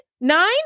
nine